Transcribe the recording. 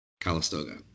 Calistoga